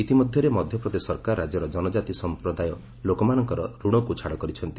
ଇତିମଧ୍ୟରେ ମଧ୍ୟ ପ୍ରଦେଶ ସରକାର ରାଜ୍ୟର ଜନକାତି ସଂପ୍ରଦାୟ ଲୋକମାନଙ୍କର ରଣକୁ ଛାଡ଼ କରିଛନ୍ତି